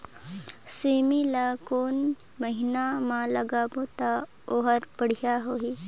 सेमी ला कोन महीना मा लगाबो ता ओहार बढ़िया होही?